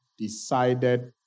decided